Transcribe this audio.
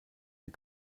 die